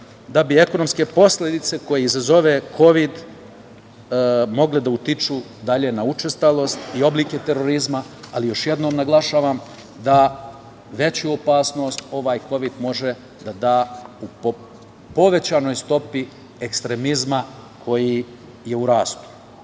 da bi ekonomske posledice koje izazove kovid mogle da utiče dalje na učestalost i oblike terorizma, ali još jednom naglašavam da veću opasnost ovaj kovid može da da u povećanoj stopi ekstremizma koji je u rastu. Želim